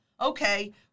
Okay